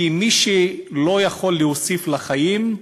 כי מי שלא יכול להוסיף לחיים,